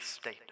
state